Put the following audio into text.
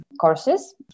courses